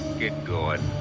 get going.